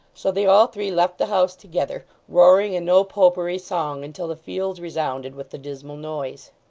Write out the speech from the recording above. so they all three left the house together roaring a no-popery song until the fields resounded with the dismal noise.